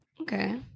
Okay